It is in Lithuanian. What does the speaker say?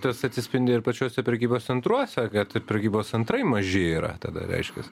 tas atsispindi ir pačiuose prekybos centruose kad prekybos centrai maži yra tada reiškias